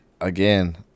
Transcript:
again